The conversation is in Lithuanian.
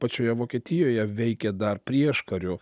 pačioje vokietijoje veikė dar prieškariu